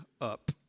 up